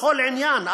בכל עניין,